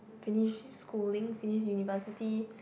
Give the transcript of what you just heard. finish schooling finish university